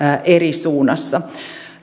eri suunnassa